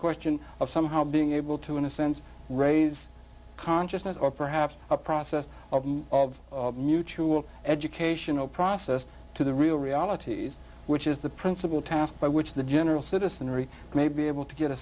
question of somehow being able to in a sense raise consciousness or perhaps a process of mutual educational process to the real realities which is the principal task by which the general citizenry may be able to get a